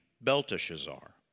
Belteshazzar